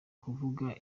kuvuga